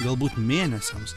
galbūt mėnesiams